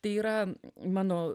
tai yra mano